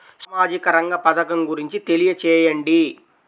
సామాజిక రంగ పథకం గురించి తెలియచేయండి?